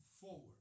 forward